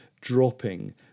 dropping